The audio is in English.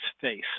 face